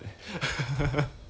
err